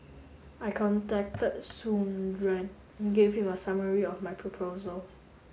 I contacted Soon and gave him a summary of my proposal